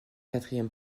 quatrième